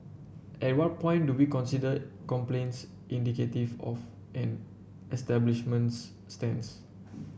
at what point do we consider complaints indicative of an establishment's stance